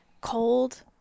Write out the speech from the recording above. cold